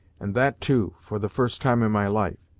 and that too, for the first time in my life.